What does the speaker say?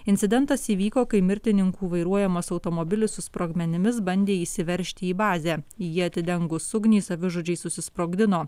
incidentas įvyko kai mirtininkų vairuojamas automobilis su sprogmenimis bandė įsiveržti į bazę į jį atidengus ugnį savižudžiai susisprogdino